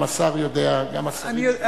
גם השר יודע, גם השרים.